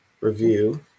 review